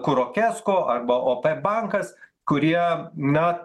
kuro kesko arba opė bankas kurie na